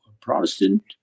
Protestant